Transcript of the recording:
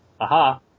aha